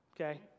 okay